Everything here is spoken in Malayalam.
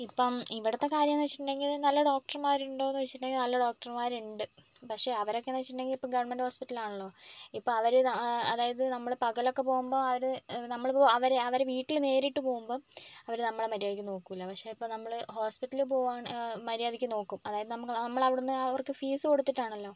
ഇപ്പം ഇവിടത്തെ കാര്യം എന്നു വെച്ചിട്ടുണ്ടങ്കിൽ നല്ല ഡോക്ടർമാർ ഉണ്ടോന്നു ചോദിച്ചിട്ടുണ്ടെങ്കിൽ നല്ല ഡോക്ടർമാർ ഉണ്ട് പക്ഷെ അവരൊക്കെ എന്നുവെച്ചിട്ടുണ്ടങ്കിൽ ഇപ്പോൾ ഗവൺമെൻറ്റ് ഹോസ്പിറ്റലിൽ ആണല്ലോ ഇപ്പോൾ അവർ അതായത് നമ്മൾ പകലൊക്കെ പോകുമ്പോൾ അവർ നമ്മളിപ്പോ അവരെ അവരെ വീട്ടില് നേരിട്ട് പോകുമ്പം അവർ നമ്മളെ മര്യാദയ്ക്ക് നോക്കൂല പക്ഷേ ഇപ്പോൾ നമ്മൾ ഹോസ്പിറ്റലിൽ പോവാണെൽ മര്യാദക്ക് നോക്കും അതായത് നമ്മളവിടുന്നു അവർക്ക് ഫീസ് കൊടിത്തിട്ടാണല്ലോ